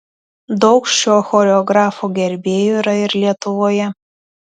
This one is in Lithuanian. daug šio choreografo gerbėjų yra ir lietuvoje